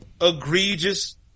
egregious